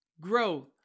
growth